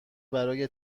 برای